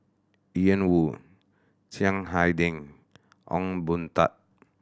Ian Woo Chiang Hai Ding Ong Boon Tat